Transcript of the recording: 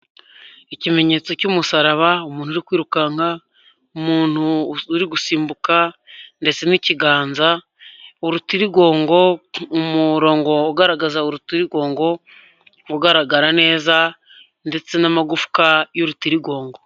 Ikimenyetso cy'umusaraba, umuntu uri kwirukanka, umuntu uri gusimbuka ndetse n'ikiganza, urutirigongo, umurongo ugaragaza urutirigongo ugaragara neza ndetse n'amagufwa y'urutirigongo.